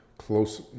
close